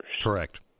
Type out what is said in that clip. Correct